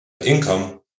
income